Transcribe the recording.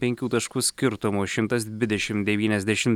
penkių taškų skirtumu šimtas dvidešimt devyniasdešimt